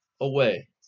away